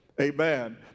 Amen